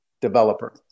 developer